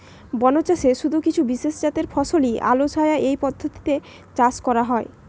বনচাষে শুধু কিছু বিশেষজাতের ফসলই আলোছায়া এই পদ্ধতিতে চাষ করা হয়